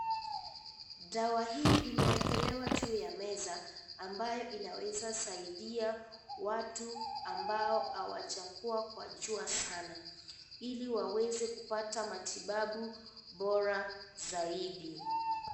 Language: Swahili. Dawa hii imewekelewa juu ya meza ambayo inaweza saidia watu ambao hawajakuwa kwa jua Sana Ili waweze kupata matibabu bora zaidi.